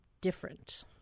different